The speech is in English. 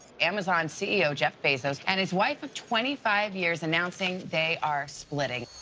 amazon c e o. jeff bezos and his wife of twenty five years announcing they are splitting.